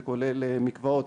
זה כולל מקוואות.